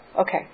okay